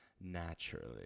naturally